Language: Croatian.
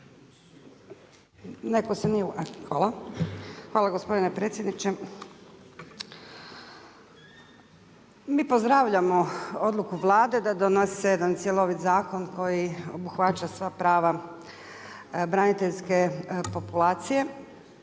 Hvala gospodine predsjedniče. Mi pozdravljamo odluku Vlade da donose jedan cjelovit zakon koji obuhvaća sva prava braniteljske populacije.